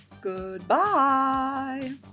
Goodbye